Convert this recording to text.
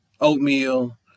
oatmeal